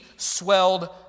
swelled